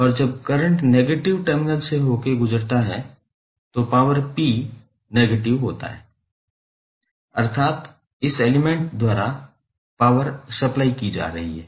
और जब current negative terminal से होकर गुजरता है तो पॉवर p निगेटिव होता है अर्थात इस एलिमेंट द्वारा पावर सप्लाई की जा रही है